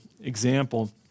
example